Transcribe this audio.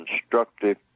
constructive